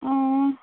অঁ